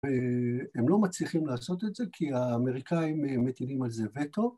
‫והם לא מצליחים לעשות את זה ‫כי האמריקאים מטילים על זה וטו.